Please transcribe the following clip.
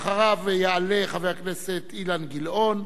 אחריו יעלה חבר הכנסת אילן גילאון,